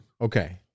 Okay